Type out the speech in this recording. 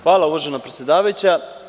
Hvala, uvažena predsedavajuća.